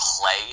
play